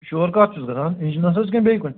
شور کَتھ چھُس گژھان اِنٛجنَس حظ کِنہٕ بیٚیہِ کُنہِ